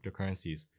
cryptocurrencies